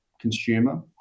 consumer